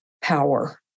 power